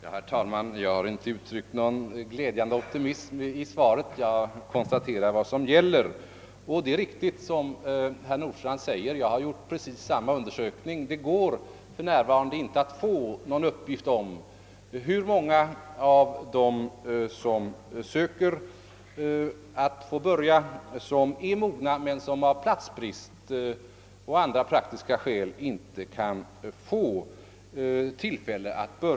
Herr talman! Jag har inte uttryckt någon glädjande optimism i svaret. Jag konstaterar bara vad som gäller. Det är riktigt som herr Nordstrandh säger. Jag har gjort exakt samma undersökning. Det går för närvarande inte att få någon uppgift om hur många av dem som söker som får börja, om de är skolmogna, och hur många som av platsbrist och på grund av andra praktiska hinder inte får börja skolgången.